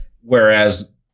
Whereas